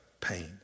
pain